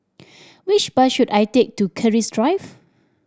which bus should I take to Keris Drive